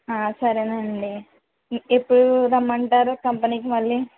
ఆ సరేనండి ఎప్పుడు రమ్మంటారు కంపెనీకి మళ్ళీ